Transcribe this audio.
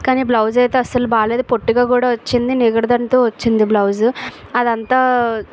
కానీ బ్లౌజ్ అయితే అస్సలు బాగ లేదు పొట్టిగా కూడా వచ్చింది నిగడదంతు వచ్చింది బ్లౌజు అదంతా